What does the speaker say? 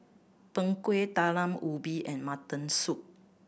Png Kueh Talam Ubi and mutton soup